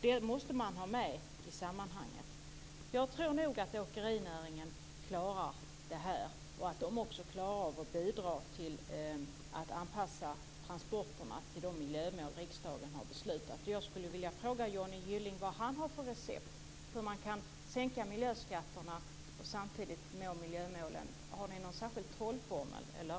Detta måste man ha med i sammanhanget. Jag tror nog att åkerinäringen klarar detta och att de också klarar att bidra till att anpassa transporterna till de miljömål som riksdagen har beslutat om. Jag skulle vilja fråga Johnny Gylling vad han har för recept för att sänka miljöskatterna och samtidigt nå miljömålen. Har ni någon särskild trollformel, eller?